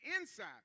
inside